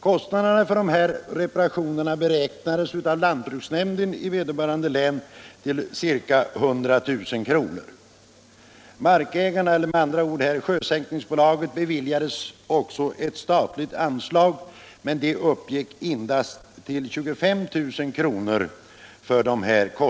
Kostnaderna för dessa reparationer beräknades av lantbruksnämnden i vederbörande län till ca 100 000 kr. Markägaren, eller med andra ord sjösänkningsbolaget, beviljades också ett statligt anslag, men det uppgick endast till 25 000 kr.